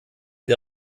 der